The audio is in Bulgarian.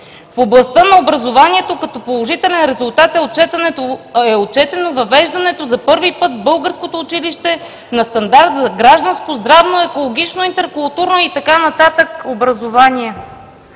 „В областта на образованието като положителен резултат е отчетено въвеждането за първи път в българското училище на стандарт за гражданско, здравно, екологично, интеркултурно и така нататък образование.“